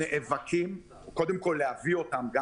נאבקים להביא 50 לקוחות בערב,